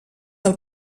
del